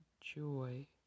Joy